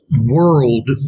world